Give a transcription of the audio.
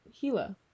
Gila